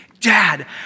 dad